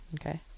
Okay